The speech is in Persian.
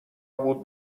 بود